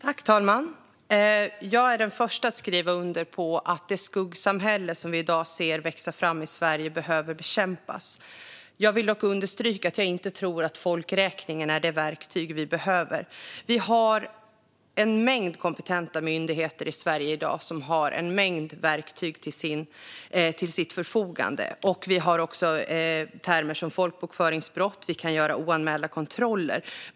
Fru talman! Jag är den första att skriva under på att det skuggsamhälle som vi i dag ser växa fram i Sverige behöver bekämpas. Jag vill dock understryka att jag inte tror att folkräkningen är det verktyg vi behöver. Vi har en mängd kompetenta myndigheter i Sverige i dag med en mängd verktyg till sitt förfogande. Vi har också termer som folkbokföringsbrott. Vi kan göra oanmälda kontroller.